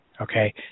okay